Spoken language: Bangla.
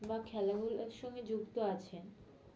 বা খেলাধুলোর সঙ্গে যুক্ত আছেন